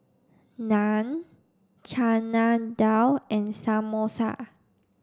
Naan Chana Dal and Samosa